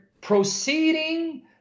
proceeding